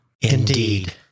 Indeed